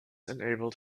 enabled